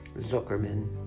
Zuckerman